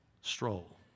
stroll